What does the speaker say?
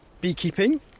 beekeeping